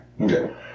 okay